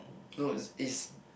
no it's